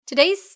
Today's